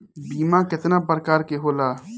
बीमा केतना प्रकार के होला?